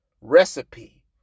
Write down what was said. recipe